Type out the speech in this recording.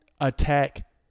attack